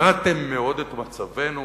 הרעתם מאוד את מצבנו,